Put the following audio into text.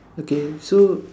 okay so